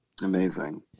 Amazing